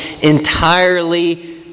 entirely